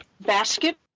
basket